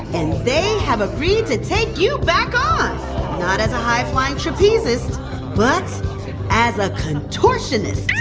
and they have agreed to take you back on not as a high-flying trapezist but as a contortionist